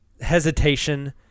hesitation